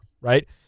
right